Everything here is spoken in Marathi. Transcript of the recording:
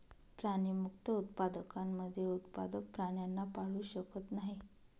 प्राणीमुक्त उत्पादकांमध्ये उत्पादक प्राण्यांना पाळू शकत नाही